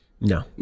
No